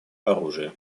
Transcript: оружия